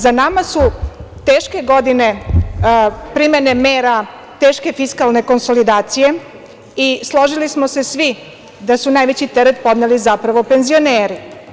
Za nama su teške godine primene mera teške fiskalne konsolidacije i složili smo se svi da su najveći teret podneli zapravo penzioneri.